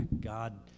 God